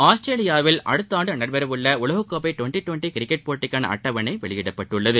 ஆஸ்திரேலியாவில் அடுத்த ஆண்டு நடைபெறவுள்ள உலகக்கோப்பை டுவெண்டி டுவெண்டி கிரிக்கெட் போட்டிக்கான அட்டவணை வெளியிடப்பட்டுள்ளது